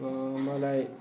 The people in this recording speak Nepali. मलाई